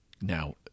Now